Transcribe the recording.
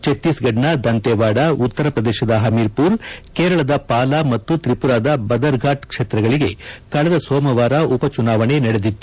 ಛತ್ತೀಸ್ಗಢದ ದಂತೇವಾದ ಉತ್ತರ ಪ್ರದೇಶದ ಹಮೀರ್ಪುರ್ ಕೇರಳದ ಪಾಲ ಮತ್ತು ತ್ರಿಪುರಾದ ಬಧರ್ಫಾಟ್ ಕ್ಷೇತ್ರಗಳಿಗೆ ಕಳೆದ ಸೋಮವಾರ ಉಪಚುನಾವಣೆ ನಡೆದಿತ್ತು